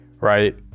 right